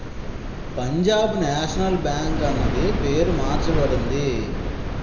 Punjab National Bank అన్నది పేరు మార్చబడింది